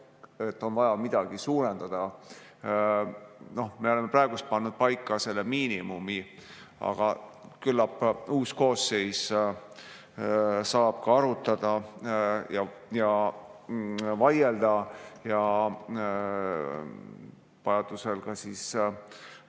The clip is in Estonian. et on vaja midagi suurendada. Me oleme praegu pannud paika selle miinimumi, aga küllap uus koosseis saab arutada ja vaielda ning vajaduse korral